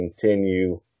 continue